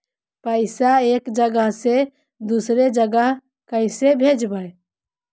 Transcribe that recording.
पैसा एक जगह से दुसरे जगह कैसे भेजवय?